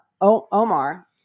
Omar